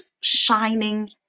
shining